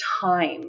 time